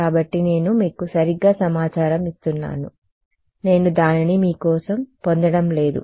కాబట్టి నేను మీకు సరిగ్గా సమాచారం ఇస్తున్నాను నేను దానిని మీ కోసం పొందడం లేదు